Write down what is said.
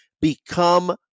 become